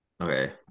Okay